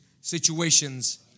situations